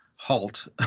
halt